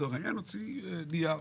לצורך העניין הוציא נייר.